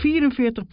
44%